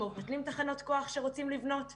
אם זה לבטל תחנות כוח שרוצים לבנות וכדומה.